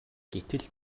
гэтэл